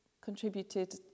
contributed